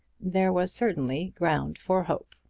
there was certainly ground for hope.